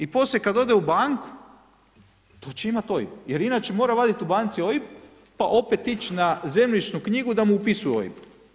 I poslije kad ode u banku, tu će imati OIB jer inače mora vaditi u banci OIB pa opet ići na zemljišnu knjigu da mu upisuju OIB.